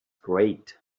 great